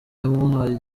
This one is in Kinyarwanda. yamuhaye